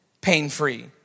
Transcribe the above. pain-free